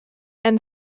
and